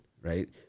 right